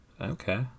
Okay